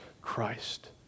Christ